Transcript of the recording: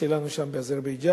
שלנו שם באזרבייג'ן,